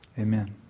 Amen